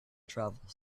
travels